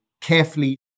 carefully